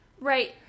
Right